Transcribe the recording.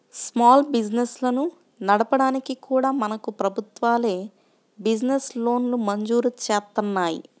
small బిజినెస్లను నడపడానికి కూడా మనకు ప్రభుత్వాలే బిజినెస్ లోన్లను మంజూరు జేత్తన్నాయి